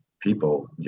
People